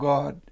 God